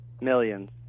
Millions